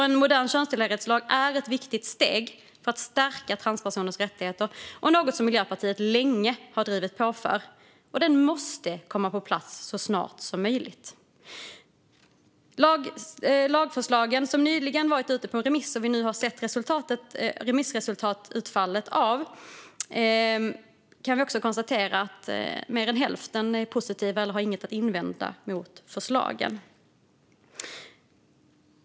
En modern könstillhörighetslag är ett viktigt steg för att stärka transpersoners rättigheter och något som Miljöpartiet länge har drivit på för. Den måste komma på plats så snart som möjligt. Lagförslagen har nyligen varit ute på remiss, och vi har nu sett remissutfallet. Vi kan konstatera att mer än hälften är positiva eller inte har något att invända mot förslagen.